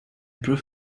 proof